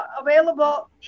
available